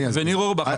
וניר אורבך.